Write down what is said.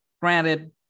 granted